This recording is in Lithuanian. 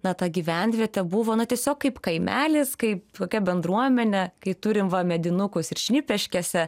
na ta gyvenvietė buvo na tiesiog kaip kaimelis kaip kokia bendruomenė kai turim va medinukus ir šnipiškėse